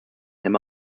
him